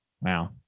Wow